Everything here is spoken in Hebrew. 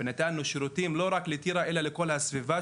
ונתנו שירותים לא רק לטירה אלא לכל הסביבה,